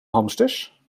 hamsters